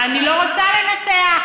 אני לא רוצה לנצח.